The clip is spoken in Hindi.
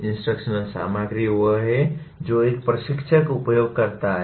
इंस्ट्रक्शनल सामग्री वह है जो एक प्रशिक्षक उपयोग करता है